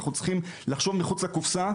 אנחנו צריכים לחשוב מחוץ לקופסה,